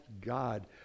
God